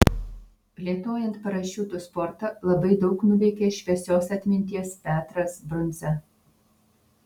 plėtojant parašiutų sportą labai daug nuveikė šviesios atminties petras brundza